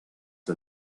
the